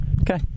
Okay